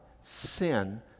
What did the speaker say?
sin